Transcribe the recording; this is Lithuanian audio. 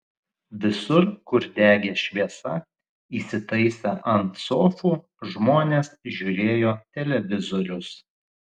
visur kur degė šviesa įsitaisę ant sofų žmonės žiūrėjo televizorius